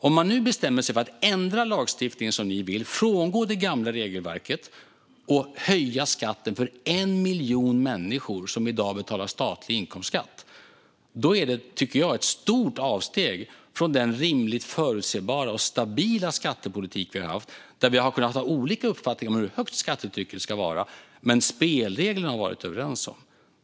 Om man nu bestämmer sig för att ändra lagstiftningen, som ni vill, frångå det gamla regelverket och höja skatten för 1 miljon människor som i dag betalar statlig inkomstskatt är det ett stort avsteg från den rimligt förutsebara och stabila skattepolitik vi har haft, där vi har kunnat ha olika uppfattning om hur högt skattetrycket ska vara men varit överens om spelreglerna.